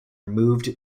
moved